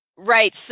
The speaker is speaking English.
Right